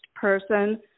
person